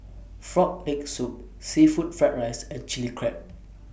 Frog Leg Soup Seafood Fried Rice and Chili Crab